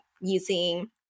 using